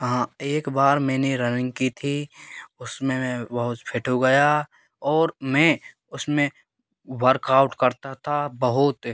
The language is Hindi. हाँ एक बार मैंने रनिंग की थी उसमें मैं बहुत फ़िट हो गया और मैं उसमें वर्कआउट करता था बहुत